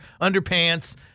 underpants